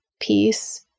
peace